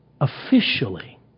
officially